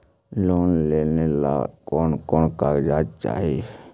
Loan लेने ला कोन कोन कागजात चाही?